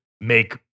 make